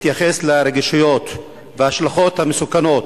התייחס לרגישויות ולהשלכות המסוכנות